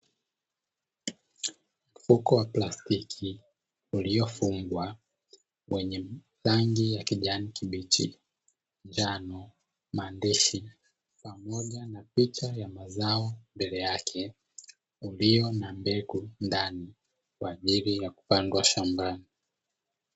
Mfuko wa plastiki uliyofungwa wenye rangi ya kijani kibichi, njano, maandishi, pamoja na picha ya mazao mbele yake ulio na mbegu ndani, kwa ajili ya kupandwa shambani.